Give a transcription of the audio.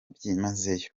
byimazeyo